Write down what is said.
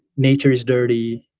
nature is dirty,